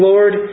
Lord